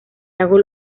hago